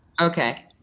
okay